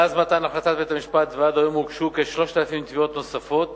מאז מתן החלטת בית-המשפט ועד היום הוגשו כ-3,000 תביעות נוספות